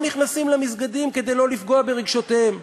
נכנסים למסגדים כדי לא לפגוע ברגשותיהם.